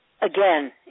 again